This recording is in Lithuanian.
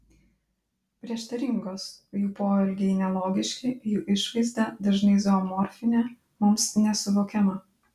prieštaringos jų poelgiai nelogiški jų išvaizda dažnai zoomorfinė mums nesuvokiama